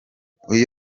mubiri